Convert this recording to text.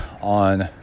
on